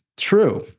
true